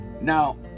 now